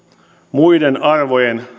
muiden arvojen